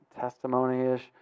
testimony-ish